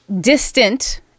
distant